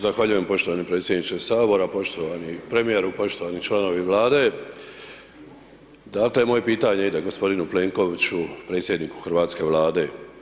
Zahvaljujem poštovani predsjedniče sabora, poštovani premijeru, poštovani članovi Vlade, moje pitanje ide gospodinu Plenkoviću predsjedniku Hrvatske Vlade.